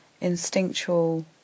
instinctual